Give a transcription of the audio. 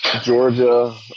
Georgia